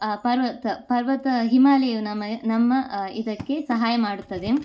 ಆ ಪರ್ವತ ಪರ್ವತ ಹಿಮಾಲಯವು ನಮ ನಮ್ಮ ಇದಕ್ಕೆ ಸಹಾಯ ಮಾಡುತ್ತದೆ